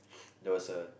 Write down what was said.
there was a